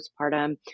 postpartum